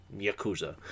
yakuza